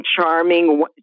charming